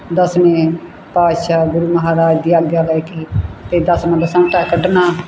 ਦਸਵੇਂ ਪਾਤਸ਼ਾਹ ਗੁਰੂ ਮਹਾਰਾਜ ਦੀ ਆਗਿਆ ਲੈ ਕੇ ਅਤੇ ਦਸਵਾਂ ਕੱਢਣਾ